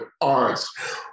arts